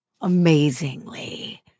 amazingly